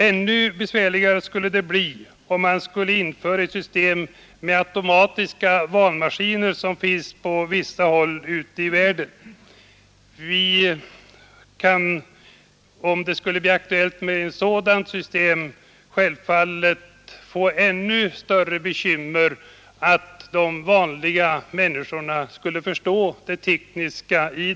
Ännu besvärligare skulle det bli, om man införde ett system med automatiska valmaskiner, som finns på vissa håll ute i världen. Om det blev aktuellt med ett sådant system, skulle vi självfallet få stora bekymmer med att människorna inte förstår det tekniska.